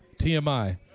TMI